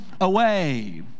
away